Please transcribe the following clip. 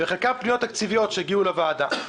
וחלקן פניות תקציביות שהגיעו לוועדה.